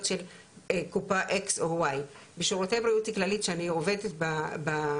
של קופה X או Y. בשירותי בריאות כללית שאני עובדת בכללית,